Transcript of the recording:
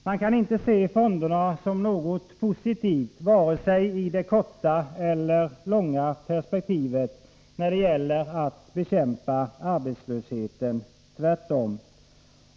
Man kan inte se fonderna som något positivt, varken i det korta eller i det långa perspektivet när det gäller att bekämpa arbetslösheten — tvärtom.